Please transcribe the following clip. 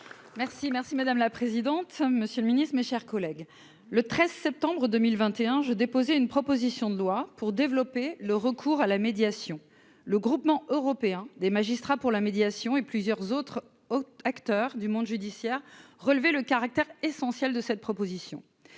Merci, merci, madame la présidente, monsieur le Ministre, mes chers collègues, le 13 septembre 2021 Je déposé une proposition de loi pour développer le recours à la médiation, le groupement européen des magistrats pour la médiation et plusieurs autres acteurs du monde judiciaire relevé le caractère essentiel de cette proposition,